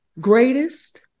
greatest